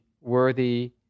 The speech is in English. worthy